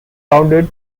rounded